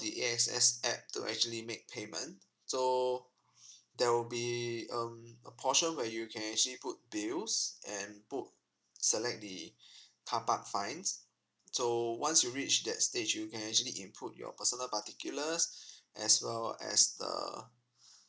the a access app to actually make payment so there will be um a portion where you can actually put bills and book select the carpark fine so once you reach that stage you can actually input your personal particulars as well as the